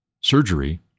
surgery